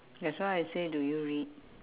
that's why I say do you read